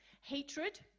Hatred